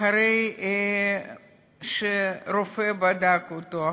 אחרי שרופא בדק אותו,